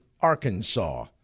Arkansas